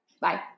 bye